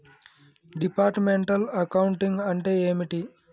Departmental accounting అంటే ఏమిటి?